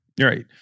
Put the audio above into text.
Right